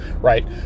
right